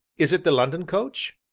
is it the london coach?